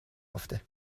افته